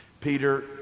Peter